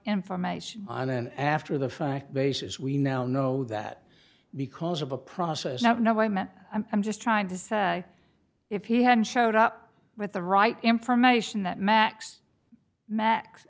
information and then after the fact basis we now know that because of a process that no way meant i'm just trying to say if he hadn't showed up with the right information that max max